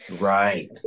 Right